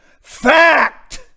Fact